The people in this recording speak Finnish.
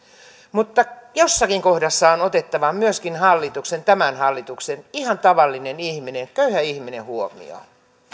mutta jossakin kohdassa on myöskin tämän hallituksen otettava ihan tavallinen ihminen köyhä ihminen huomioon